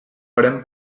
farem